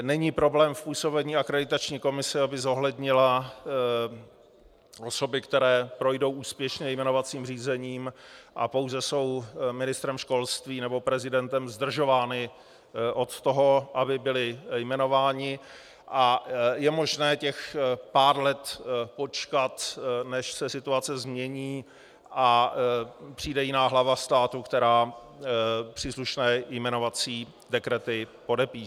Není problém v působení Akreditační komise, aby zohlednila osoby, které projdou úspěšně jmenovacím řízením a pouze jsou ministrem školství nebo prezidentem zdržovány od toho, aby byly jmenovány, a je možné těch pár let počkat, než se situace změní a přijde jiná hlava státu, která příslušné jmenovací dekrety podepíše.